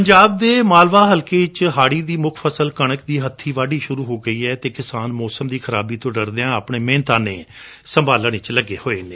ਪੰਜਾਬ ਦੇ ਮਾਲਵਾ ਹਲਕੇ ਵਿਚ ਹਾਤੀ ਦੀ ਮੁਖ ਫਸਲ ਕਣਕ ਦੀ ਹੱਬੀ ਵਾਢੀ ਸ਼ੁਰੁ ਹੋ ਗਈ ਏ ਅਤੇ ਕਿਸਾਨ ਮੌਸਮ ਦੀ ਖਰਾਬੀ ਤੋ ਡਰਦਿਆਂ ਆਪਣੀ ਜਿਣਸ ਸੰਭਾਲਣ ਵਿਚ ਜੁਟ ਗਏ ਨੇ